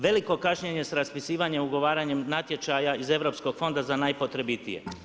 Veliko kašnjenje s raspisivanja ugovaranje natječaja iz europskog fonda za najpotrebitije.